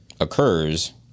occurs